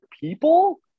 people